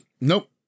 nope